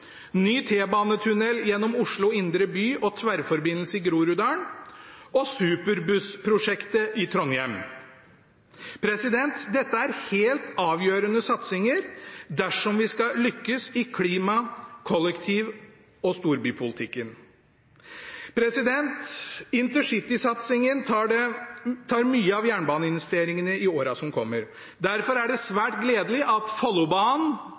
ny T-banetunnel gjennom Oslo indre by, tverrforbindelse i Groruddalen og superbussprosjektet i Trondheim. Dette er helt avgjørende satsinger dersom vi skal lykkes i klima-, kollektiv- og storbypolitikken. Intercitysatsingen tar mye av jernbaneinvesteringene i åra som kommer. Derfor er det svært gledelig at på Follobanen